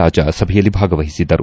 ರಾಜಾ ಸಭೆಯಲ್ಲಿ ಭಾಗವಹಿಸಿದ್ದರು